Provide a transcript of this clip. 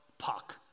Puck